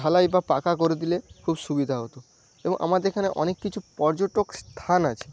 ঢালাই বা পাকা করে দিলে খুব সুবিধা হত এবং আমাদের এখানে অনেক কিছু পর্যটক স্থান আছে